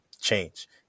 change